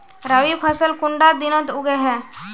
रवि फसल कुंडा दिनोत उगैहे?